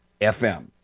FM